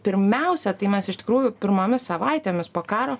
pirmiausia tai mes iš tikrųjų pirmomis savaitėmis po karo